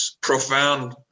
profound